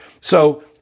So-